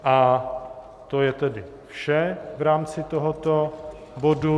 A to je tedy vše v rámci tohoto bodu.